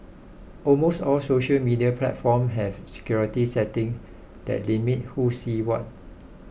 almost all social media platform have security setting that limit who sees what